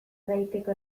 daiteke